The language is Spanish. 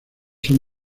son